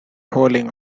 hauling